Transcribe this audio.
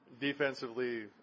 Defensively